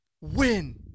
WIN